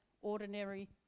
ordinary